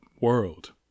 world